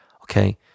Okay